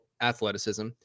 athleticism